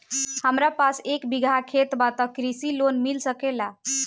हमरा पास एक बिगहा खेत बा त कृषि लोन मिल सकेला?